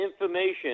information